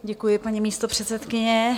Děkuji, paní místopředsedkyně.